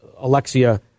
Alexia